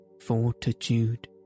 fortitude